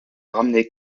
ramener